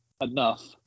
enough